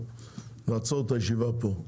נעצור את הישיבה פה.